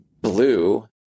blue